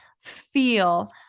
feel